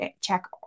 check